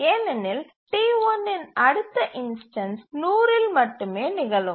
ஏனெனில் T1 இன் அடுத்த இன்ஸ்டன்ஸ் 100 இல் மட்டுமே நிகழும்